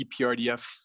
EPRDF